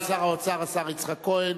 האוצר, השר יצחק כהן.